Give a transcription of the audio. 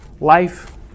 life